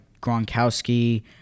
Gronkowski